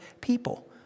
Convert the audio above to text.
people